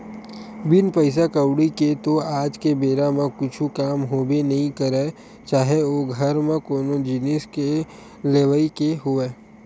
बिन पइसा कउड़ी के तो आज के बेरा म कुछु काम होबे नइ करय चाहे ओ घर म कोनो जिनिस के लेवई के होवय